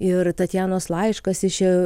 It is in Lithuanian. ir tatjanos laiškas iš